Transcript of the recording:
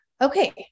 Okay